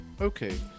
Okay